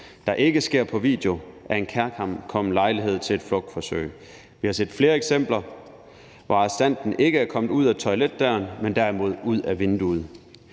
der ikke holdes som videomøde, er en kærkommen lejlighed til et flugtforsøg. Vi har set flere eksempler, hvor arrestanten ikke er kommet ud ad toiletdøren, men derimod ud ad vinduet.